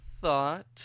thought